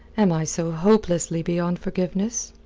am i so hopelessly beyond forgiveness?